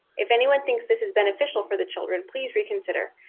if anyone thinks this is beneficial for the children, please reconsider.